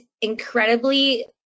incredibly